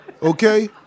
Okay